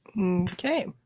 Okay